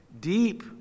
deep